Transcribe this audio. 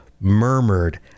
murmured